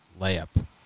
layup